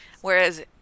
whereas